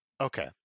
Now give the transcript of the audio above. Okay